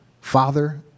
Father